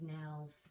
nails